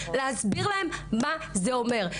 להסביר להן מה זה אומר.